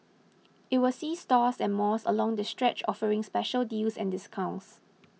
it will see stores and malls along the stretch offering special deals and discounts